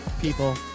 people